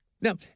Now